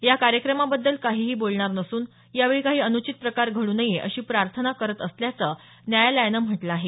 या कार्यक्रमाबद्दल काहीही बोलणार नसून यावेळी काही अनुचित प्रकार घड्र नये अशी प्रार्थना करत असल्याचं न्यायालयानं म्हटलं आहे